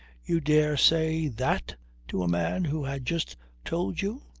you dare say that to a man who has just told you!